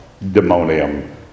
demonium